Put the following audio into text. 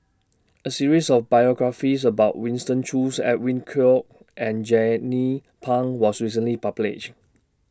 A series of biographies about Winston Choos Edwin Koek and Jernnine Pang was recently published